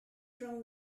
from